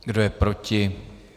Kdo je proti?